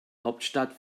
hauptstadt